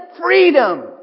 Freedom